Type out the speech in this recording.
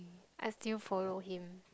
ask you follow him